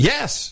Yes